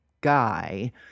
guy